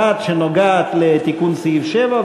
אחת שנוגעת לתיקון סעיף 7,